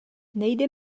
nejde